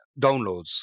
downloads